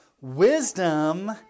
Wisdom